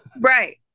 Right